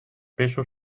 peso